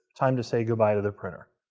time to say goodbye to the printer,